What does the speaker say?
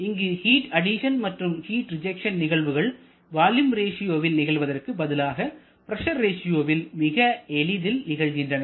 இங்கு heat addition மற்றும் heat rejection நிகழ்வுகள் வால்யூம் ரேசியோவில் நிகழ்வதற்கு பதிலாக பிரஷர் ரேசியோவில் மிக எளிதில் நிகழ்கின்றன